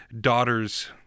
daughter's